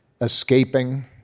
escaping